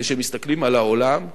וכשמסתכלים על העולם ועלינו,